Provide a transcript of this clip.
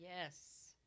Yes